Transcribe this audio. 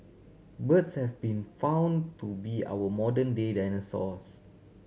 birds have been found to be our modern day dinosaurs